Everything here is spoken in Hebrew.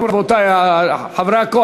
קריאה שנייה וקריאה שלישית.